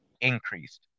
increased